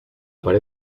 pared